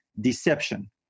deception